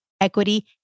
equity